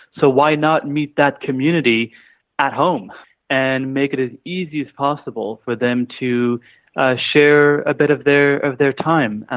so why not meet that community at home and make it as easy as possible for them to ah share a bit of their of their time.